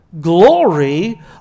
glory